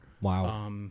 wow